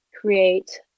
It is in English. create